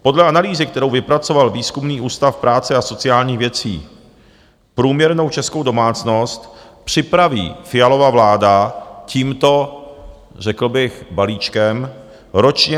Podle analýzy, kterou vypracoval Výzkumný ústav práce a sociálních věcí, průměrnou českou domácnost připraví Fialova vláda tímto, řekl bych balíčkem ročně o 7614 korun.